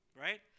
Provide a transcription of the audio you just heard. Right